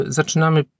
zaczynamy